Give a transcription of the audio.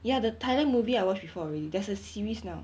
ya the thailand movie I watched before already there's a series now